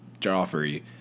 Joffrey